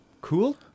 cool